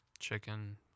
Chicken